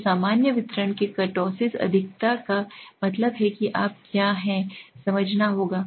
तो सामान्य वितरण के कुर्तोसिस अधिकता का मतलब है कि आप क्या हैं समझना होगा